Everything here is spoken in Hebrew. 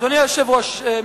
אדוני היושב-ראש,